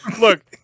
look